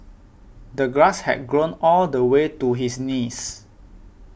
the grass had grown all the way to his knees